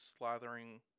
slathering